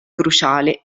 cruciale